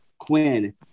Quinn